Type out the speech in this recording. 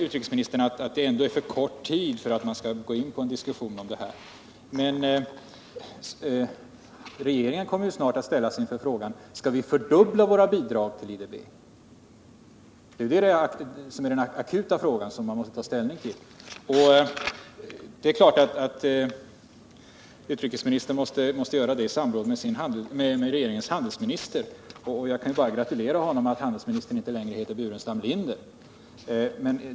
Utrikesministern tycker att det är för kort tid för att gå in i en diskussion om detta. Men regeringen kommer ju snart att ställas inför frågan: Skall Sverige fördubbla sitt bidrag till IDB? Det är den akuta fråga som man måste ta ställning till. Utrikesministern måste givetvis samråda med regeringens handelsminister. Jag kan bara gratulera honom till att handelsministern inte längre heter Burenstam Linder.